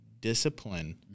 discipline